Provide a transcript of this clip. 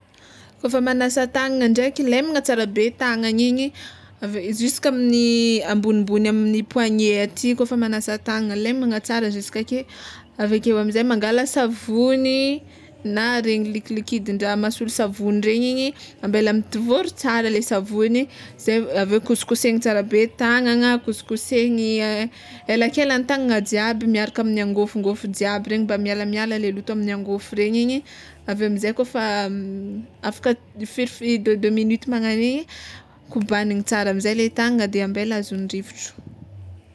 Kôfa manasa tagnagna ndraika, lemana tsara be tagnagna igny ave- jiska amin'ny ambonimbony amin'ny poignet aty kôfa magnasa tagnagna lemagna tsara juska ake aveke amizay mangala savony na regny likilikidindraha mahasolo savony regny ambela mitivôry tsara le savony zay aveo kosikosehiny tsara be tagnagna kosikosehiny elakelan-tagnagna jiaby miaraka amin'ny angôfongôfo jiaby regny mba mialamiala le loto amin'ny angôfo regny igny aveo amizay kôfa afaka firifi- deux deux minute magnan'igny kobabiny tsara amizay le tagnagna de ambela azon'ny rivotro.